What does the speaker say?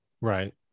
Right